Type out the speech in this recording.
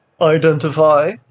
identify